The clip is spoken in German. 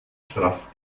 straff